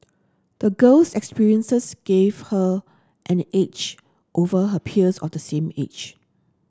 the girl's experiences gave her an edge over her peers of the same age